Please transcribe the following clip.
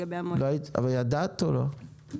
אבל ידעת או לא?